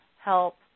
help